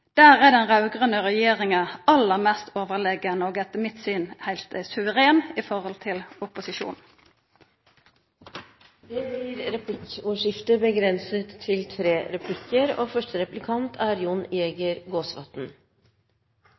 der er den raud-grøne regjeringa aller mest overlegen og etter mitt syn heilt suveren i forhold til opposisjonen. Det blir replikkordskifte. Regjeringspartiene vil redusere bruken av sukker og